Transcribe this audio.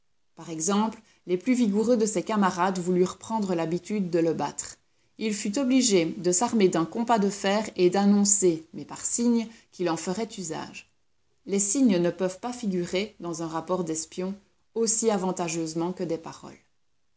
par exemple les plus vigoureux de ses camarades voulurent prendre l'habitude de le battre il fut obligé de s'armer d'un compas de fer et d'annoncer mais par signes qu'il en ferait usage les signes ne peuvent pas figurer dans un rapport d'espion aussi avantageusement que des paroles